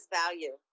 value